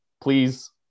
Please